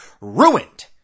ruined